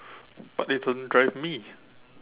but it doesn't drive me